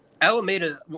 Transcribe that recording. Alameda